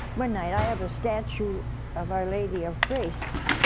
one night, i have a statue of our lady of grace